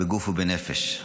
בגוף ובנפש.